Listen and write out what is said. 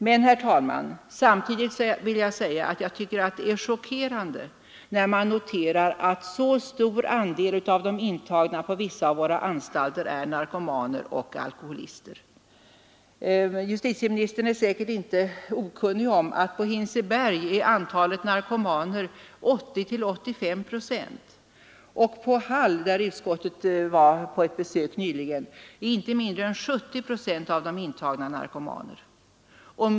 Men, herr talman, samtidigt vill jag säga att jag tycker det är chockerande när man noterar att så stor andel av de intagna på vissa av våra anstalter är narkomaner och alkoholister. Justitieministern är säkert inte okunnig om att på Hinseberg är 80—85 procent av de intagna narkomaner, och på Hall, där utskottet varit på besök nyligen, är inte mindre än 70 procent av de intagna narkomaner.